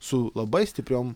su labai stipriom